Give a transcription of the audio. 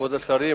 כבוד השרים,